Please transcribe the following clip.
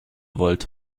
wollt